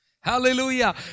Hallelujah